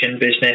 business